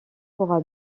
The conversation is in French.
pourra